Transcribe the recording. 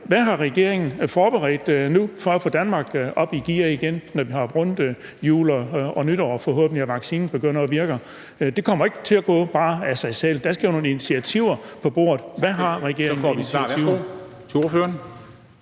Hvad har regeringen forberedt for nu at få Danmark op i gear igen, når vi har rundet jul og nytår og vaccinen forhåbentlig begynder at virke? Det kommer ikke bare til at gå af sig selv; der skal jo nogle initiativer på bordet. Hvad har regeringen af initiativer?